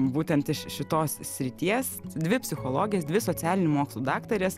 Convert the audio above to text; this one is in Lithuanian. būtent iš šitos srities dvi psichologės dvi socialinių mokslų daktarės